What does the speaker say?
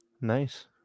Nice